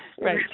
right